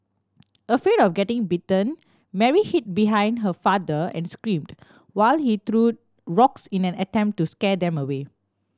afraid of getting bitten Mary hid behind her father and screamed while he threw rocks in an attempt to scare them away